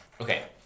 Okay